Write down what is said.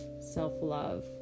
self-love